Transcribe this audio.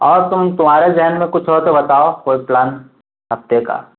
اور تم تمہارے ذہن میں کچھ ہو تو بتاؤ کوئی پلان ہفتے کا